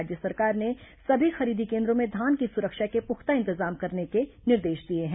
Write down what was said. राज्य सरकार ने सभी खरीदी केन्द्रों में धान की सुरक्षा के पुख्ता इंतजाम करने के निर्देश दिए हैं